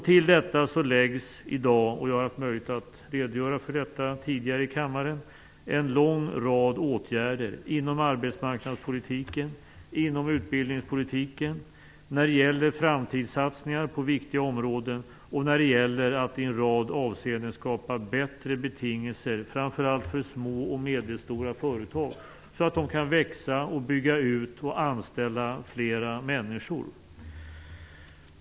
Till detta läggs i dag, vilket jag tidigare har haft möjlighet att redogöra för i kammaren, en lång rad åtgärder inom arbetsmarknadspolitiken, inom utbildningspolitiken, när det gäller framtidssatsningar på viktiga områden och när det gäller att i en rad avseenden skapa bättre betingelser framför allt för små och medelstora företag så att de kan växa, bygga ut och anställa fler människor.